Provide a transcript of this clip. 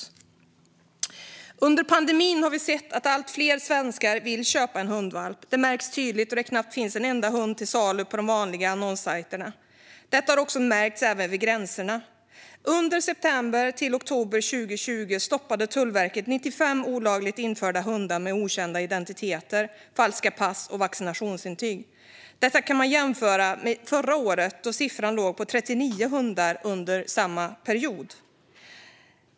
Under pandemin har vi sett att allt fler svenskar vill köpa en hundvalp. Det märks tydligt hur det knappt finns en enda hund till salu på de vanliga annonssajterna. Detta har även märkts vid gränserna. Under september och oktober 2020 stoppade Tullverket 95 olagligt införda hundar med okända identiteter, falska pass och falska vaccinationsintyg. Detta kan man jämföra med föregående år, då siffran låg på 39 hundar under samma period.